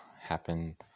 happen